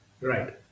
Right